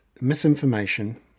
misinformation